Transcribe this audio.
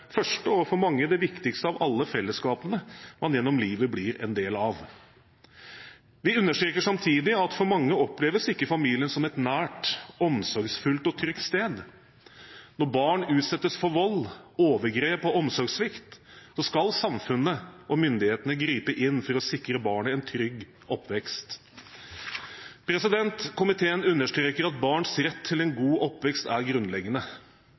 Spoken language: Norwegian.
første og for mange det viktigste av alle fellesskapene man gjennom livet blir en del av. Vi understreker samtidig at for mange oppleves ikke familien som et nært, omsorgsfullt og trygt sted. Når barn utsettes for vold, overgrep og omsorgssvikt, skal samfunnet og myndighetene gripe inn for å sikre barnet en trygg oppvekst. Komiteen understreker at barns rett til en god oppvekst er grunnleggende.